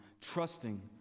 Trusting